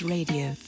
Radio